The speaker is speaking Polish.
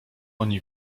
oni